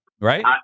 Right